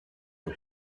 του